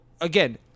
again